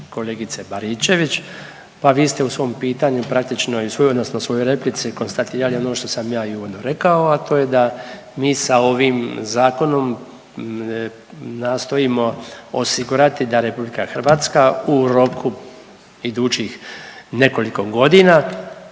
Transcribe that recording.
kolegice Baričević, pa vi ste u svom pitanju praktično odnosno u svojoj replici konstatirali ono što sam ja i uvodno rekao, a to je da mi sa ovim zakonom nastojimo osigurati da RH u roku idućih nekoliko godina